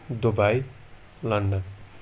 Dubai London